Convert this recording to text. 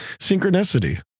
Synchronicity